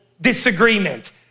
disagreement